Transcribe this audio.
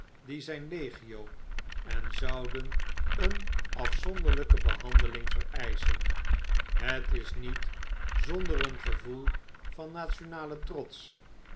die zijn legio en zouden een afzonderipe behandeling vereischen het is niet zonder een gevoel van nation alen trots